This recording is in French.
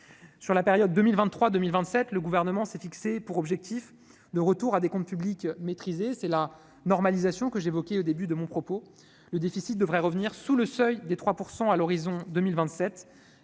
Sur la période 2023-2027, le Gouvernement s'est fixé pour objectif le retour à des comptes publics maîtrisés- c'est la normalisation que j'évoquais au début de mon propos. Le déficit public devrait revenir sous le seuil de 3 % à l'horizon 2027,